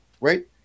right